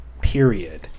period